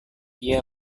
dia